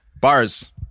Bars